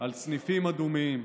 על סניפים אדומים.